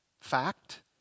fact